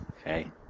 Okay